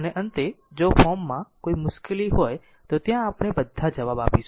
અને અંતે જો ફોરમમાં કોઈ મુશ્કેલી હોય તો ત્યાં આપણે બધા જવાબ આપીશું